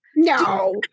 No